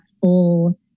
full